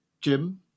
jim